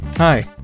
Hi